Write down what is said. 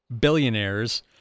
billionaires